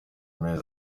mezi